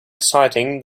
exciting